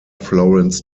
florence